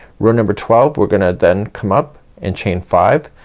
row number twelve we're gonna then come up and chain five,